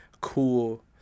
cool